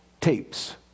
tapes